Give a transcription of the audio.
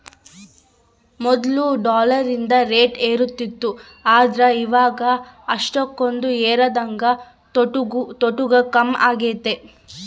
ಮೊದ್ಲು ಡಾಲರಿಂದು ರೇಟ್ ಏರುತಿತ್ತು ಆದ್ರ ಇವಾಗ ಅಷ್ಟಕೊಂದು ಏರದಂಗ ತೊಟೂಗ್ ಕಮ್ಮೆಗೆತೆ